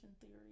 theory